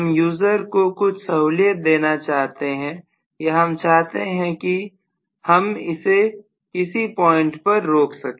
हम यूजर को कुछ सहूलियत देना चाहते हैं या हम चाहते हैं कि हम इसे किसी पॉइंट पर रोक सके